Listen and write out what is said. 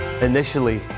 initially